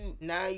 now